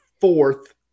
fourth